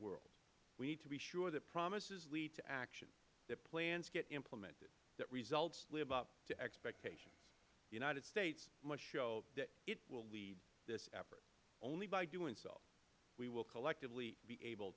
world we need to be sure that promises lead to action that plans get implemented that results live up to expectations the united states must show that it will lead this effort only by doing so will we collectively be able